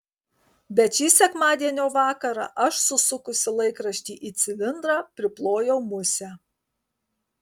bet šį sekmadienio vakarą aš susukusi laikraštį į cilindrą priplojau musę